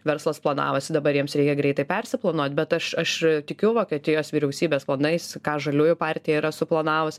verslas planavosi dabar jiems reikia greitai persiplanuot bet aš aš tikiu vokietijos vyriausybės planais ką žaliųjų partija yra suplanavus